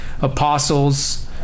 apostles